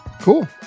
Cool